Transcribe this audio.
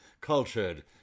cultured